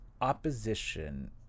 opposition